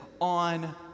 on